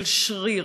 של שריר.